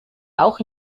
auch